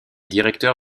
directeur